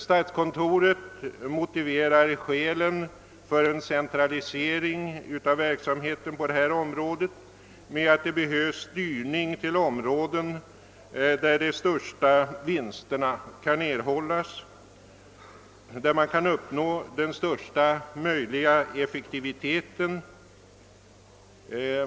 Statskontoret motiverar en centralisering av verksamheten på detta om råde med att det är nödvändigt med en styrning till områden där de största vinsterna kan erhållas och där man kan uppnå den största möjliga effektiviteten.